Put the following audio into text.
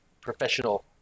professional